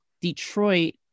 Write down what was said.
Detroit